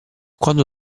quando